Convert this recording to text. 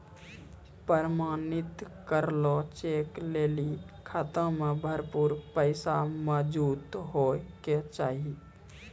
प्रमाणित करलो चेक लै लेली खाता मे भरपूर पैसा मौजूद होय के चाहि